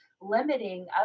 limiting